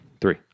Three